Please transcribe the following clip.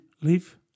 leave